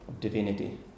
Divinity